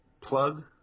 plug